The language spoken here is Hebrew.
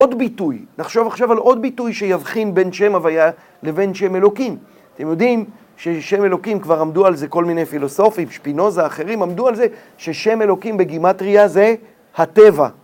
עוד ביטוי, נחשוב עכשיו על עוד ביטוי שיבחין בין שם הוויה לבין שם אלוקים. אתם יודעים ששם אלוקים כבר עמדו על זה כל מיני פילוסופים, שפינוזה, אחרים עמדו על זה, ששם אלוקים בגימטריה זה הטבע.